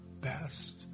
best